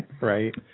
right